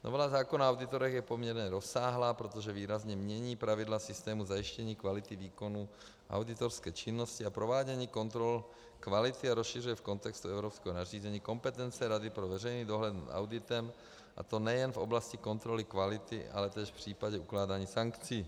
Novela zákona o auditorech je poměrně rozsáhlá, protože výrazně mění pravidla systému zajištění kvality výkonu auditorské činnosti a provádění kontrol kvality a rozšiřuje v kontextu evropského nařízení kompetence Rady pro veřejný dohled nad auditem, a to nejen v oblasti kontroly kvality, ale též v případě ukládání sankcí.